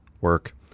work